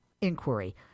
inquiry